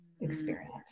experience